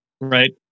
right